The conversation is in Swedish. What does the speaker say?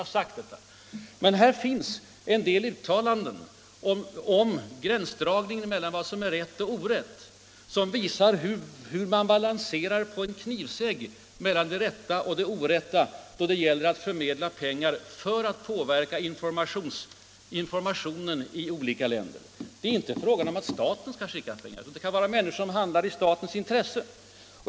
Men där finns en del uttalanden om gränsdragningen mellan vad som är rätt och orätt. De visar hur man balanserar på en knivsegg mellan det rätta och det orätta då det gäller att förmedla utländska pengar för att påverka informationen i olika länder. Det är inte fråga om att främmande makt står bakom pengarna, det kan vara enskilda människor som handlar i maktens intresse.